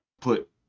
put